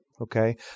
okay